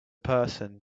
person